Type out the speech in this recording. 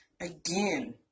again